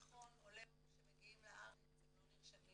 נכון, עולי הודו שמגיעים לארץ הם נרשמים